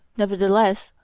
nevertheless,